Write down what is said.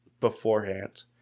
beforehand